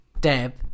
Deb